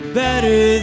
better